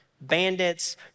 bandits